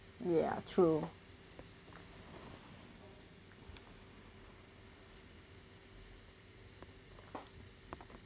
ya true